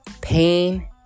Pain